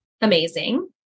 Amazing